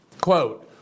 Quote